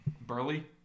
Burley